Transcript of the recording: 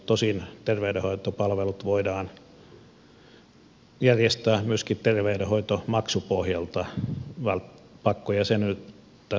tosin terveydenhoitopalvelut voidaan järjestää myöskin terveydenhoitomaksun pohjalta pakkojäsenyyttä tarvitsematta